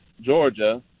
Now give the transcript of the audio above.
Georgia –